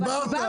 אדוני,